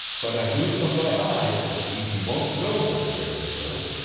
but i knew from thy eyes that ye be most noble, fair sir,